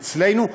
אצלנו,